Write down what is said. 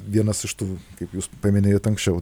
vienas iš tų kaip jūs paminėjot anksčiau